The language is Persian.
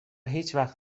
هیچوقت